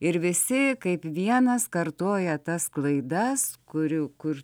ir visi kaip vienas kartoja tas klaidas kurių kur